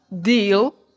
deal